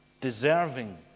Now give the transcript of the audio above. deserving